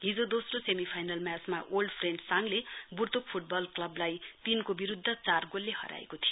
हिजो दोस्रो semi final म्याचमा ओल्ड फ्रेन्ड साङले बुर्तुक फुटबल क्लबलाई तीनको विरुध्द चार गोलले हराएको थियो